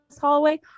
Hallway